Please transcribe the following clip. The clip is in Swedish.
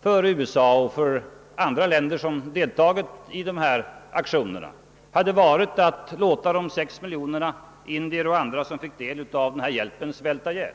för USA och för andra länder som deltagit i dessa aktioner hade varit att låta de sex miljonerna indier och andra som fick del av denna hjälp svälta ihjäl.